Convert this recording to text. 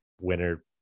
winner